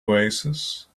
oasis